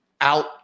out